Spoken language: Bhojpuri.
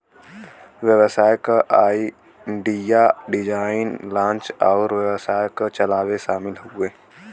व्यवसाय क आईडिया, डिज़ाइन, लांच अउर व्यवसाय क चलावे शामिल हउवे